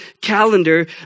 calendar